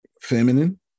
feminine